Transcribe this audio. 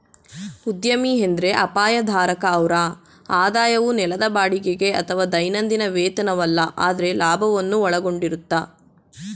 ಉದ್ಯಮಿ ಎಂದ್ರೆ ಅಪಾಯ ಧಾರಕ ಅವ್ರ ಆದಾಯವು ನೆಲದ ಬಾಡಿಗೆಗೆ ಅಥವಾ ದೈನಂದಿನ ವೇತನವಲ್ಲ ಆದ್ರೆ ಲಾಭವನ್ನು ಒಳಗೊಂಡಿರುತ್ತೆ